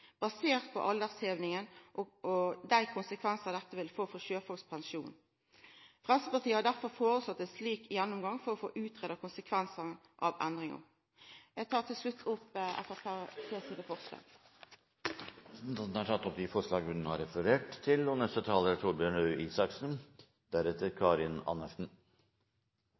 basert på aldershevinga og dei konsekvensane dette vil få for sjøfolks pensjon. Framstegspartiet har derfor foreslått ein slik gjennomgang for å få utgreidd konsekvensane av endringa. Eg tar til slutt opp Framstegspartiets forslag. Representanten Laila Marie Reiertsen har tatt opp de forslag hun refererte til. Norge er en sjøfartsnasjon med lange og